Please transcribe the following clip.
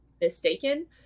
mistaken